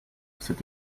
c’est